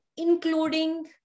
including